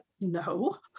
no